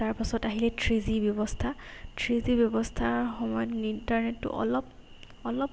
তাৰপাছত আহিলে three G ব্যৱস্থা থ্ৰী জি ব্যৱস্থাৰ সময়ত ইণ্টাৰনেটটো অলপ অলপ